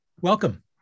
Welcome